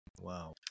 Wow